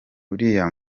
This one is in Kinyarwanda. uriya